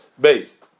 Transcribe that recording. Base